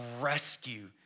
rescue